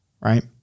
Right